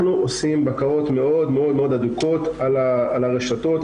עושים בקרות מאוד מאוד הדוקות על הרשתות,